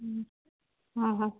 हूं हूं हा हा